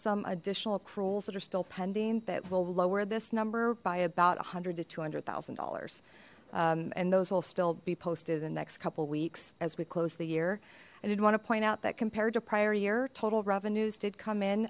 some additional accruals that are still pending that will lower this number by about a hundred to two hundred thousand dollars and those will still be posted in the next couple weeks as we close the year i did want to point out that compared to prior year total revenues did come in